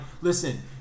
Listen